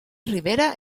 ribera